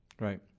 Right